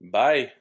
bye